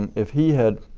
and if he had